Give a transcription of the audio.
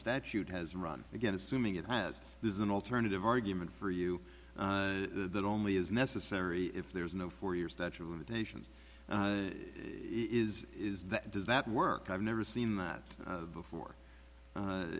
statute has run again assuming it has there's an alternative argument for you that only is necessary if there is no four years that your limitations is is that does that work i've never seen that before